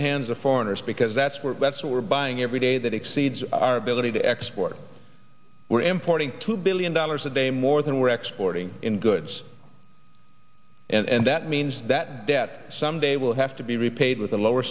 the hands of foreigners because that's where that's what we're buying every day that exceeds our ability to export we're importing two billion dollars a day more than we're exporting in goods and that means that debt some they will have to be repaid with a lower